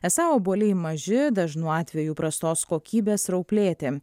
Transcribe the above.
esą obuoliai maži dažnu atveju prastos kokybės rauplėti